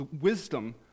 wisdom